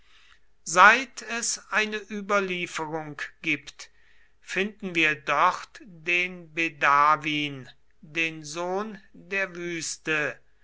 seit es eine überlieferung gibt finden wir dort den bedawin den sohn der wüste